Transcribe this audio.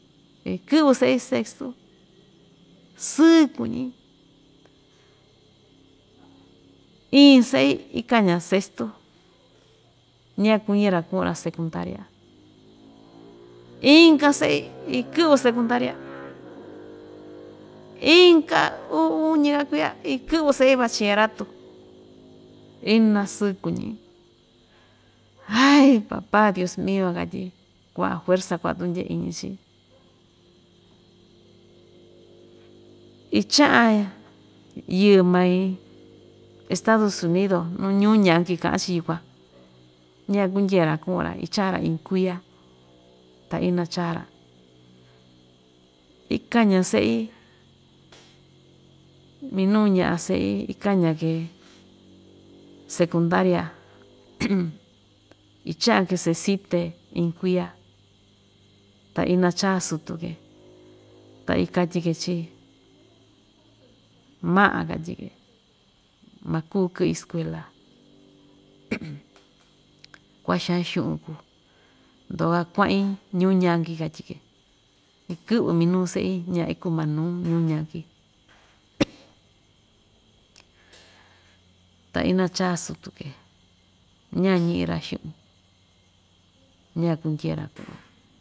Ikɨꞌvɨ seꞌi sextu sɨɨ kuñi, iin seꞌi ikaña sestu, ñakuñi‑ra kuꞌu‑ra sekundaria inka seꞌi ikɨꞌvɨ sekundaria, inka uu uñi‑ka kuiya, ikɨꞌvɨ seꞌi vachilleratu ina sɨɨ kuñi hay papa dios mio katyi kuaꞌa fuerza kuaꞌa tuꞌun‑ndyee iñi chii, ichaꞌan yɨɨ mai estados unido, ñuu ñanki kaꞌa‑chi yukuan ña ikundyee‑ra kuꞌu‑ra ichaꞌa‑ra iin kuiya ta ina‑chaa‑ra ikaña seꞌi minuu ñaꞌa seꞌi ikaña‑ke sekundaria ichaꞌa‑ke sesite iin kuiya, ta ina‑chaa sutu‑ke ta ikatyi‑ke chii, maꞌa katyi‑ke makuu kɨꞌi skuela kua‑xaan xuꞌun kuu ndyo‑ka kuaꞌin ñuu ñanki katyi‑ke, ikɨꞌvi minuu seꞌi, ñaa ikuu manuu ñuu ñanki ta ina‑chaa sutu‑ke ña ñiꞌi‑ra xuꞌun, ña ikundye‑ra kɨꞌɨ‑ra.